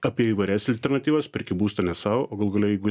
apie įvairias alternatyvas perki būstą ne sau o galų gale jeigu